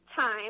time